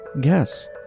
Guess